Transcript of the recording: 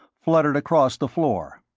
fluttered across the floor.